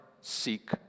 seek